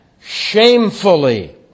shamefully